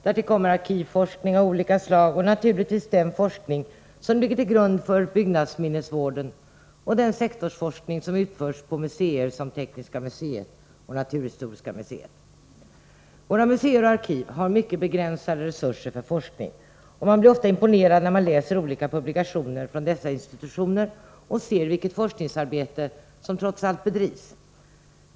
Därtill kommer arkivforskning av olika slag, och naturligtvis den forskning som ligger till grund för byggnadsminnesvården och den sektorsforskning som utförs på museer som Tekniska museet och Naturhistoriska museet. Våra museer och arkiv har mycket begränsade resurser för forskning, och man blir ofta imponerad när man läser olika publikationer från dessa institutioner och ser vilket forskningsarbete som trots allt bedrivs.